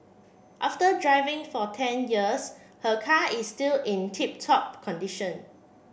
after driving for ten years her car is still in tip top condition